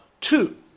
two